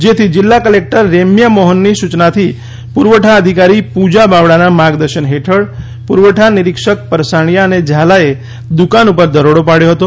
જેથી જિલ્લા કલેકટર રેમ્યા મોહનની સૂચનાથી પુરવઠા અધિકારી પૂજા બાવડાના માર્ગદર્શન હેઠળ પુરવઠા નિરીક્ષક પરસાણીયા અને ઝાલાએ દુકાન ઉપર દરોડો પડથો હતો